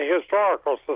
Historical